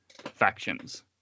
factions